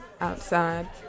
outside